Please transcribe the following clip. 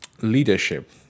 leadership